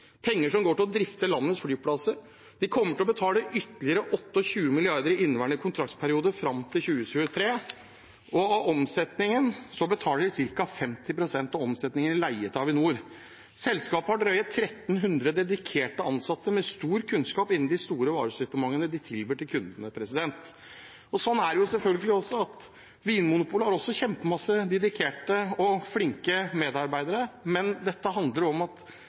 penger som går til å drifte landets flyplasser. De kommer til å betale ytterligere 28 mrd. kr i inneværende kontraktsperiode fram til 2023, og av omsetningen betaler de ca. 50 pst. i leie til Avinor. Selskapet har drøyt 1 300 dedikerte ansatte med stor kunnskap innen de store varesortimentene de tilbyr kundene. Det er selvfølgelig sånn at også Vinmonopolet har kjempemange dedikerte og flinke medarbeidere, men dette handler om at